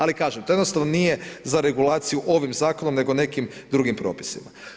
Ali kažem, to jednostavno nije za regulaciju ovim zakonom nego nekim drugim propisima.